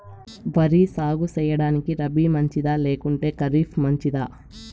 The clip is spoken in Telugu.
వరి సాగు సేయడానికి రబి మంచిదా లేకుంటే ఖరీఫ్ మంచిదా